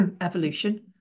evolution